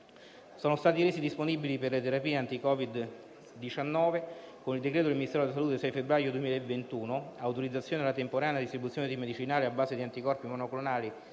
Sono stati resi disponibili per le terapie anti Covid-19, con il decreto del Ministero della salute del 6 febbraio 2021, «Autorizzazione alla temporanea distribuzione dei medicinali a base di anticorpi monoclonali